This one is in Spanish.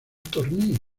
torneo